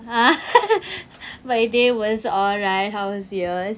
my day was all right how was yours